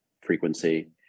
frequency